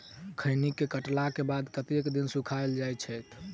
खैनी केँ काटला केँ बाद कतेक दिन सुखाइल जाय छैय?